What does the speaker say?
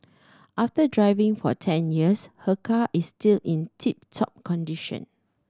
after driving for ten years her car is still in tip top condition